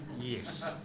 Yes